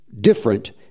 different